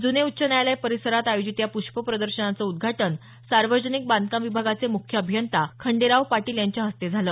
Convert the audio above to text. जुने उच्च न्यायालय परिसरात आयोजित या प्ष्प प्रदर्शनाचं उदघाटन सार्वजनिक बांधकाम विभागाचे मुख्य अभियंता खंडेराव पाटील यांच्या हस्ते झालं